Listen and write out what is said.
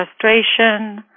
frustration